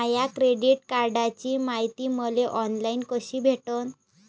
माया credit कार्डची मायती मले ऑनलाईन कसी भेटन?